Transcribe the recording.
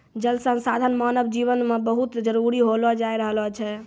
जल संसाधन मानव जिवन मे बहुत जरुरी होलो जाय रहलो छै